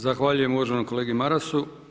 Zahvaljujem uvaženom kolegi Marasu.